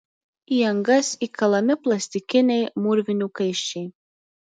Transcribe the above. į angas įkalami plastikiniai mūrvinių kaiščiai